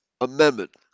Amendment